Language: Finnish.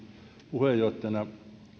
puheenjohtajana